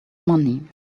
money